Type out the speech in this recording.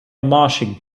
marching